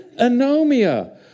Anomia